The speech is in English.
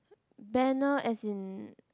banner as in